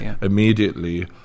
immediately